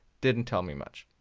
didn't tell me much.